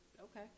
Okay